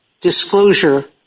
disclosure